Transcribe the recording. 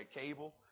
cable